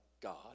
God